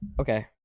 okay